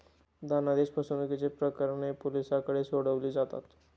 धनादेश फसवणुकीची प्रकरणे पोलिसांकडून सोडवली जातात